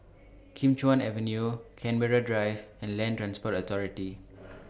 Kim Chuan Avenue Canberra Drive and Land Transport Authority